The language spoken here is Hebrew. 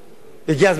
הגיע הזמן למעשים.